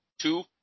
Two